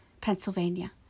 Pennsylvania